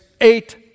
eight